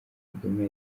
kagame